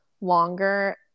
longer